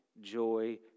joy